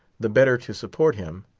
the better to support him,